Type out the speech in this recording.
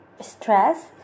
stress